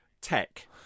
tech